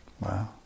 Wow